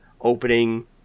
opening